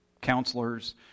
counselors